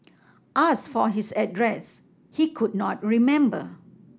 asked for his address he could not remember